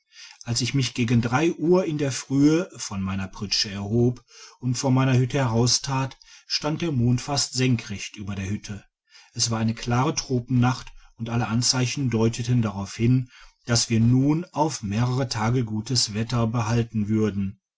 als ich mich gegen drei uhr in der frühe von meiner pritsche erhob und vor meine hütte heraustrat stand der mond fast senkrecht über der hütte es war eine klare tropennacht und alle anzeichen deuteten darauf hin dass wir nun auf mehrere tage gutes wetter behalten würden